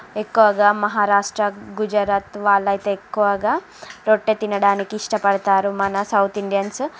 ఎక్కువగా మహారాష్ట్ర గుజరాత్ వాళ్ళు అయితే ఎక్కువగా రొట్టె తినడానికి ఇష్ట పడతారు మన సౌత్ ఇండియన్స్